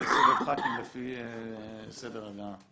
סבב ח"כים לפי סדר הגעה.